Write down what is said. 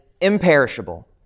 imperishable